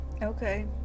okay